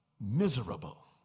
miserable